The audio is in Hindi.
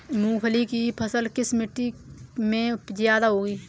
मूंगफली की फसल किस मिट्टी में ज्यादा होगी?